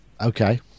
okay